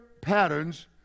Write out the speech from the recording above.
patterns